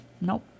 Nope